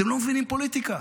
אתם לא מבינים פוליטיקה.